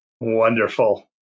Wonderful